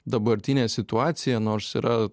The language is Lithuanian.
dabartinė situacija nors yra